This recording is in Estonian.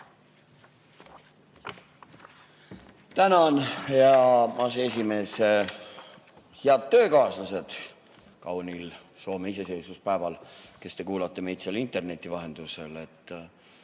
Tänan, hea aseesimees! Head töökaaslased kaunil Soome iseseisvuspäeval, kes te kuulate meid interneti vahendusel!